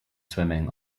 swimming